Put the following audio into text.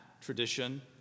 tradition